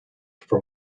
for